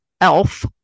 elf